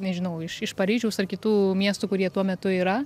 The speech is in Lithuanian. nežinau iš iš paryžiaus ar kitų miestų kur jie tuo metu yra